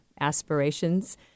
aspirations